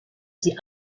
sie